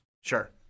Sure